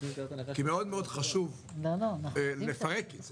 מאוד חשוב לפרק את זה.